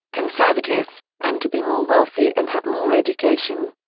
conservative, and to be more wealthy and have more education.